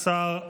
סער,